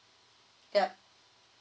yup